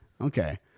Okay